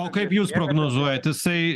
o kaip jūs prognozuojat jisai